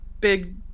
big